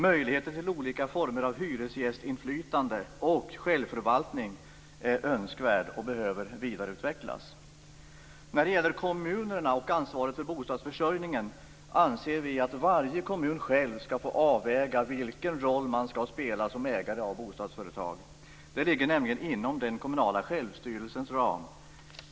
Möjligheter till olika former av hyresgästinflytande och självförvaltning är önskvärt och behöver vidareutvecklas. När det gäller kommunerna och ansvaret för bostadsförsörjningen anser vi att varje kommun själv skall få avväga vilken roll man skall spela som ägare av bostadsföretag. Det ligger nämligen inom den kommunala självstyrelsens ram.